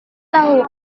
tahu